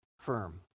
firm